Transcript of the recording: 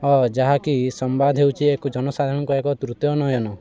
ହ ଯାହାକି ସମ୍ବାଦ ହେଉଛି ଏକ ଜନସାଧାରଣଙ୍କ ଏକ ତୃତୀୟ ନୟନ